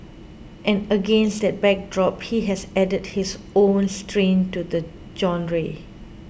and against that backdrop he has added his own strain to the genre